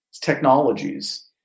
technologies